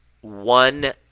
one